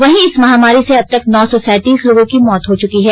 वहीं इस महामारी से अब तक नौ सौ सैंतीस लोगों की मौत हो चुकी है